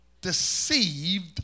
Deceived